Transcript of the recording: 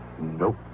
Nope